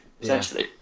essentially